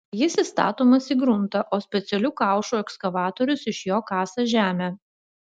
jis įstatomas į gruntą o specialiu kaušu ekskavatorius iš jo kasa žemę